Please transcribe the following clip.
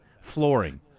flooring